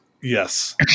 Yes